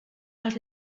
les